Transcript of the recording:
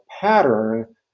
pattern